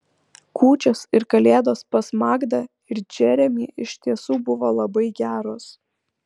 kūčios ir kalėdos pas magdą ir džeremį iš tiesų buvo labai geros